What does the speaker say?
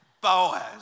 Boaz